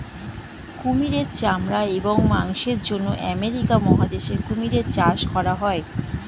কুমিরের চামড়া এবং মাংসের জন্য আমেরিকা মহাদেশে কুমির চাষ করা হয়